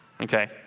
okay